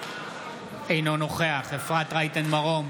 אינו נוכח אפרת רייטן מרום,